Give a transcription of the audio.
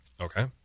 Okay